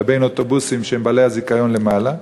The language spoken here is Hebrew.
לבין אוטובוסים שהם בעלי הזיכיון למעלה?